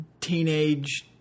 teenage